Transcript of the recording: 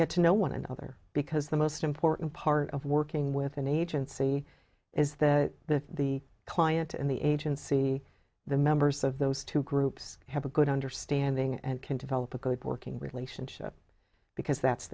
get to know one another because the most important part of working with an agency is that the client and the agency the members of those two groups have a good understanding and can develop a good working relationship because that's